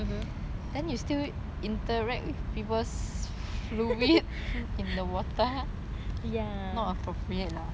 ya the water 现在全部